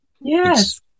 Yes